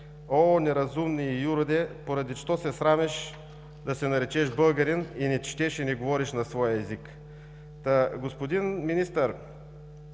„О неразумний юроде! Поради что се срамиш да се наречеш българин и не четеш и не говориш на своя език?“. Та, господин Министър,